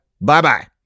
Bye-bye